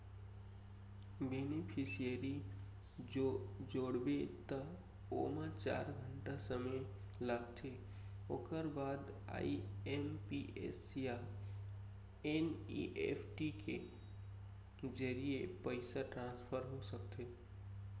beneficiary जोड़बे त ओमा चार घंटा समे लागथे ओकर बाद आइ.एम.पी.एस या एन.इ.एफ.टी के जरिए पइसा ट्रांसफर हो सकथे